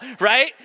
right